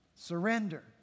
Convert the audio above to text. Surrender